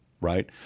right